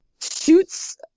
shoots